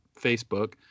Facebook